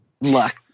luck